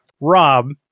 Rob